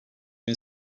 bin